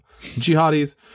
Jihadis